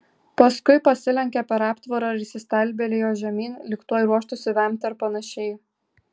paskui pasilenkė per aptvarą ir įsistebeilijo žemyn lyg tuoj ruoštųsi vemti ar panašiai